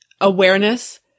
awareness